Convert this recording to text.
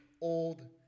old